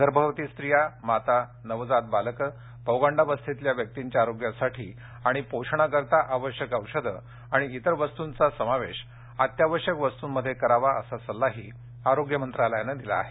गर्भवती स्त्रिया माता नवजात बालकं पौंगडावस्थेतल्या व्यक्तींच्या आरोग्यासाठी आणि पोषणासाठी आवश्यक औषधे आणि इतर वस्तूंचा समावेश अत्यावश्यक वस्तूंमध्ये करावा असा सल्लाही आरोग्य मंत्रालयानं दिला आहे